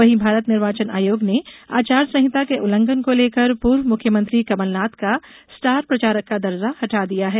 वहीं भारत निर्वाचन आयोग ने आचार संहिता के उल्लंघन को लेकर पूर्व मुख्यमंत्री कमलनाथ का स्टार प्रचारक का दर्जा हटा दिया है